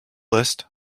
list